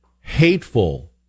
hateful